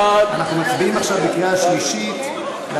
אנחנו מצביעים עכשיו בקריאה שלישית על